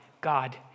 god